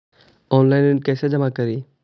Online ऋण कैसे जमा करी?